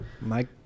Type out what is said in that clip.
Mike